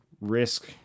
risk